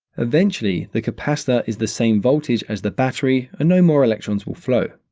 eventually, the capacitor is the same voltage as the battery and no more electrons will flow.